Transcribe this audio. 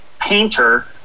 painter